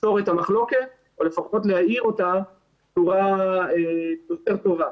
לפתור את המחלוקת או לפחות להאיר אותה בצורה יותר טובה.